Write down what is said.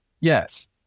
Yes